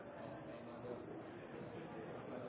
er tilsluttet en av